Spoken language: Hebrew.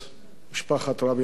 משפחת רבין היקרה,